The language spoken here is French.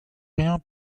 rien